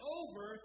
over